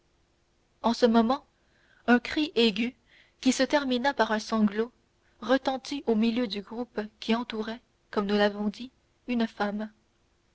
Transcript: en ce moment un cri aigu qui se termina par un sanglot retentit au milieu du groupe qui entourait comme nous l'avons dit une femme